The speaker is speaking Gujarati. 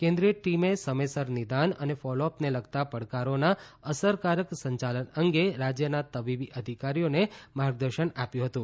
કેન્દ્રિય ટીમે સમયસર નિદાન અને ફોલોઅપને લગતા પડકારોના અસરકારક સંચાલન અંગે રાજ્યના તબીબી અધિકારીઓને માર્ગદર્શન આપ્યું હતું